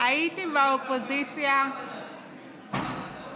הייתי באופוזיציה, אומרים בצרפתית: אבאדאן.